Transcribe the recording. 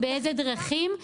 באיזה דרכים.